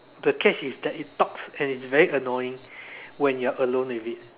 the catch is that it talks and it's very annoying when you're alone with it